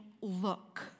look